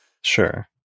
Sure